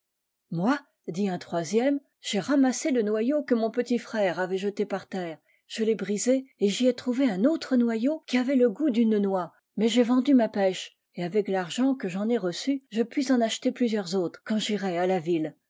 moi dit un troisième j'ai ramassé le noyau que mon petit frère avait jeté par terre je l'ai brisé et j'y ai trouvé un autre noyau qui avait le goût dune noix mais j'ai vendu ma pèche et avec l'argent que j'en ai reçu je puis en acheter plusieurs autres quand j'irai à la ville